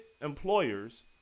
employers